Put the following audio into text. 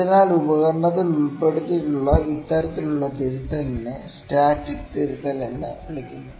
അതിനാൽ ഉപകരണത്തിൽ ഉൾപ്പെടുത്തിയിട്ടുള്ള ഇത്തരത്തിലുള്ള തിരുത്തലിനെ സ്റ്റാറ്റിക് തിരുത്തൽ എന്ന് വിളിക്കുന്നു